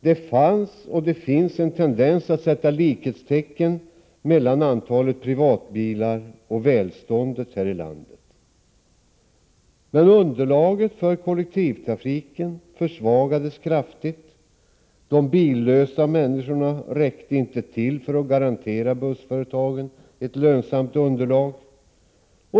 Det fanns, och det finns, en tendens att sätta likhetstecken mellan antalet privatbilar och välståndet här i landet. Men underlaget för kollektivtrafiken försvagades kraftigt. De billösa människorna räckte inte till för att garantera bussföretagen ett lönsamt underlag.